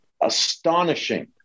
astonishing